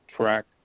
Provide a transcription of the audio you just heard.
track